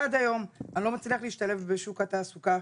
עד היום אני לא מצליח להשתלב בשוק התעסוקה,